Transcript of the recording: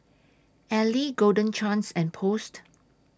Elle Golden Chance and Post